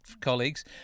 colleagues